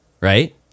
right